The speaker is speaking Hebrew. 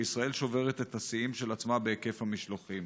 וישראל שוברת את השיאים של עצמה בהיקף המשלוחים.